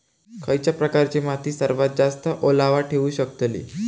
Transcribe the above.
खयच्या प्रकारची माती सर्वात जास्त ओलावा ठेवू शकतली?